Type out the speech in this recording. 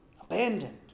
abandoned